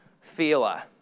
feeler